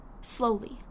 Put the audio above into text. slowly